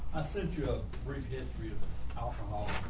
a sergio redistributable alcohol